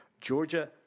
Georgia